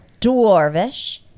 dwarvish